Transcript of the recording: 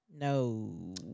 No